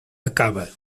acaba